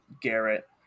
Garrett